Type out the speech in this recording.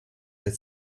had